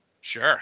Sure